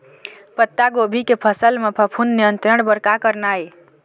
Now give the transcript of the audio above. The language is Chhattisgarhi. पत्तागोभी के फसल म फफूंद नियंत्रण बर का करना ये?